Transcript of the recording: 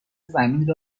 زمین